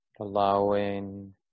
allowing